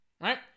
Right